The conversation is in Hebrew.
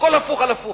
הכול כאן הפוך על הפוך,